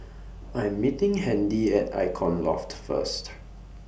I Am meeting Handy At Icon Loft First